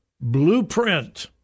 Blueprint